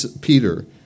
Peter